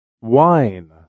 Wine